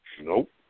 Nope